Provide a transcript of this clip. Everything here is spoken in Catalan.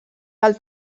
del